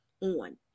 on